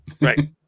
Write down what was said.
Right